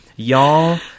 Y'all